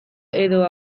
edo